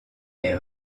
est